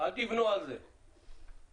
אותן או לצפות אותן